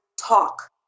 talk